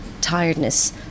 Tiredness